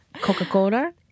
Coca-Cola